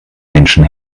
menschen